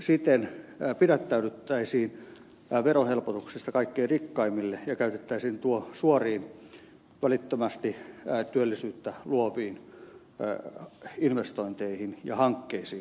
siten pidättäydyttäisiin verohelpotuksista kaikkein rikkaimmille ja käytettäisiin tuo suoriin välittömästi työllisyyttä luoviin investointeihin ja hankkeisiin